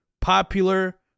popular